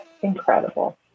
incredible